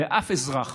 ואף אזרח